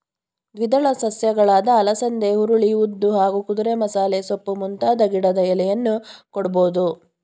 ದ್ವಿದಳ ಸಸ್ಯಗಳಾದ ಅಲಸಂದೆ ಹುರುಳಿ ಉದ್ದು ಹಾಗೂ ಕುದುರೆಮಸಾಲೆಸೊಪ್ಪು ಮುಂತಾದ ಗಿಡದ ಎಲೆಯನ್ನೂ ಕೊಡ್ಬೋದು